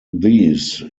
these